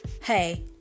hey